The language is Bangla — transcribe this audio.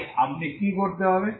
তাই এই আপনি কি করতে হবে